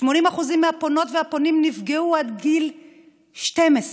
80% מהפונות והפונים נפגעו עד גיל 12,